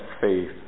faith